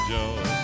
Joe